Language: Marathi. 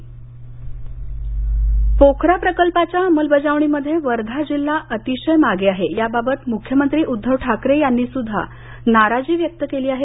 दादाजी भुसे पोखरा प्रकल्पाच्या अंमलबजावणीमध्ये वर्धा जिल्हा अतिशय मागे आहे याबाबत मुख्यमंत्री उद्धव ठाकरे यांनी सुद्धा नाराजी व्यक्त केली आहे